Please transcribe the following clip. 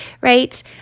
right